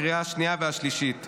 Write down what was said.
לקריאה השנייה והשלישית.